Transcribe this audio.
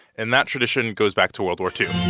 and that tradition goes back to world war two